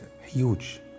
huge